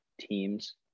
teams